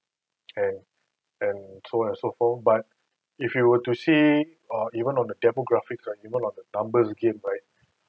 and and so on and so forth but if you were to see or even on the demographics right human are a numbers game right